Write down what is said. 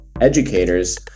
educators